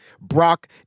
brock